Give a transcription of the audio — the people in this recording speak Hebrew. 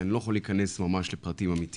כי אני לא יכול להיכנס ממש לפרטים אמיתיים.